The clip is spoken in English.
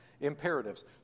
imperatives